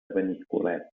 benicolet